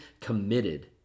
committed